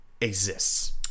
exists